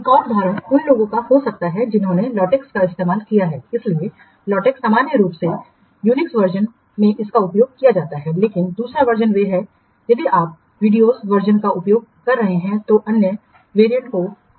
एक और उदाहरण उन लोगों का हो सकता है जिन्होंने लाटेक्स का इस्तेमाल किया है इसलिए लाटेक्स सामान्य रूप से यूनिक्स वर्जनमें इसका उपयोग किया जाता है लेकिन दूसरा वर्जनवे हैं यदि आप विंडोज़ वर्जनका उपयोग कर रहे हैं तो अन्य वेरिएंट को MiKTeX कहा जाता है